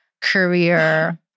career